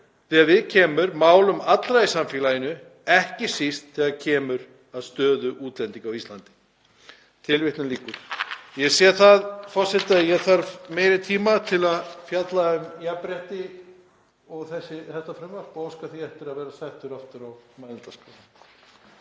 þegar viðkemur málum allra í samfélaginu, ekki síst þegar kemur að stöðu útlendinga á Íslandi.“ Ég sé það, forseti, að ég þarf meiri tíma til að fjalla um jafnrétti og þetta frumvarp og óska því eftir að vera settur aftur á mælendaskrá.